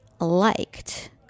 liked